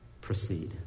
Proceed